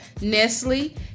Nestle